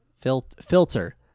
Filter